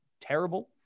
terrible